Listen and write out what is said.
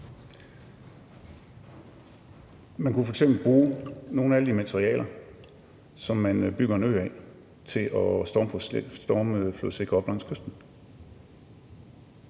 Man kunne f.eks. bruge nogle af alle de materialer, som man bygger en ø af, til at stormflodssikre op langs kysten.